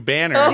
Banner